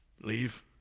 leave